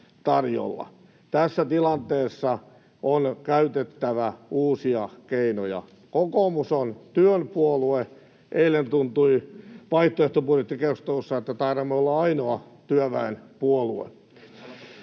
Tässä tilanteessa on käytettävä uusia keinoja. Kokoomus on työn puolue, ja eilen vaihtoehtobudjettikeskustelussa tuntui, että taidamme olla ainoa työväenpuolue.